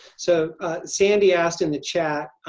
so sandy asked in the chat,